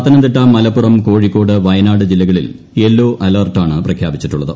പത്തനംതിട്ട മലപ്പുറം കോഴിക്കോട് വയനാട് ജില്ലകളിൽ യെല്ലോ അലർട്ടാണ് പ്രഖ്യാപിച്ചിട്ടുള്ളത്